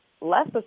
less